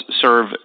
serve